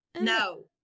No